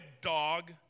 dog